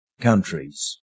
countries